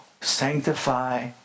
sanctify